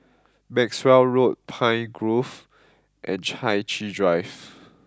Maxwell Road Pine Grove and Chai Chee Drive